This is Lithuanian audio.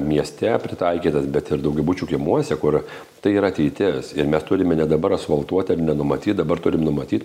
mieste pritaikytas bet ir daugiabučių kiemuose kur tai yra ateitis ir mes turime ne dabar asfaltuot ar nenumatyt dabar turim numatyt